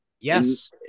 yes